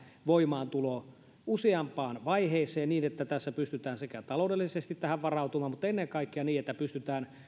voimaantulo porrastetaan useampaan vaiheeseen niin että tässä pystytään taloudellisesti tähän varautumaan mutta ennen kaikkea niin että pystytään